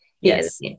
Yes